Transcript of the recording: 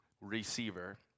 receiver